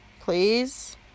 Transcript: please